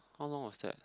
how long of that